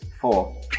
four